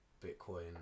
Bitcoin